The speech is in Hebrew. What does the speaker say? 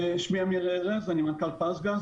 אני מנכ"ל פזגז.